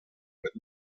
but